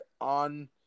on